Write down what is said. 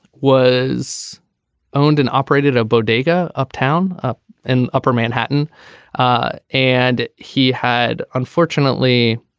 was owned and operated a bodega uptown in upper manhattan ah and he had unfortunately